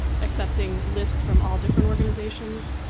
accepting lists from all different organizations?